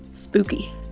spooky